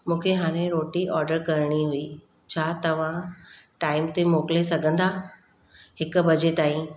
मूंखे हाणे रोटी ऑडर करिणी हुई छा तव्हां टाइम ते मोकिले सघंदा हिकु बजे ताईं